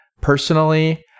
Personally